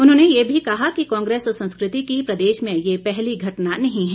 उन्होंने ये भी कहा कि कांग्रेस संस्कृति की प्रदेश में ये पहली घटना नहीं है